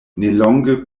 nelonge